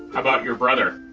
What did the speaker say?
about your brother?